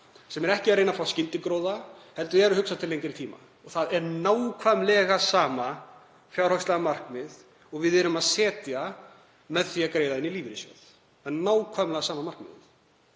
ekki er verið að reyna að fá skyndigróða heldur er hugsað til lengri tíma. Það er nákvæmlega sama fjárhagslega markmiðið og við erum að setja okkur með því að greiða í lífeyrissjóð. Það er nákvæmlega sama markmið.